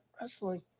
wrestling